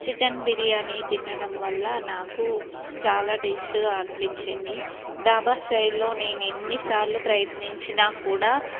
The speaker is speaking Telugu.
చికెన్ బిర్యానీ తినడం వల్ల నాకు చాలా టేస్ట్గా అనిపించింది డాబా స్టైల్లో నేను ఎన్నిసార్లు ప్రయత్నించినా కూడా